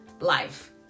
life